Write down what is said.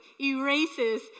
erases